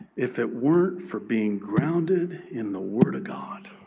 if it weren't for being grounded in the word of god.